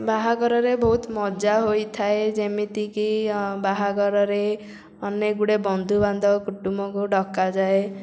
ବାହାଘରରେ ବହୁତ ମଜା ହୋଇଥାଏ ଯେମିତିକି ବାହାଘରରେ ଅନେକ ଗୁଡ଼େ ବନ୍ଧୁବାନ୍ଧବ କୁଟୁମ୍ୱକୁ ଡକାଯାଏ